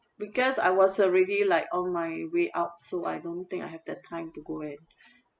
because I was already like on my way out so I don't think I have the time to go and